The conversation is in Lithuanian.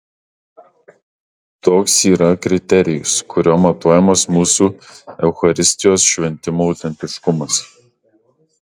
toks yra kriterijus kuriuo matuojamas mūsų eucharistijos šventimų autentiškumas